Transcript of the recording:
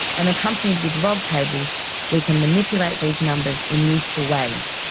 and accompanied with log tables we can manipulate these numbers in useful ways,